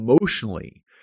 emotionally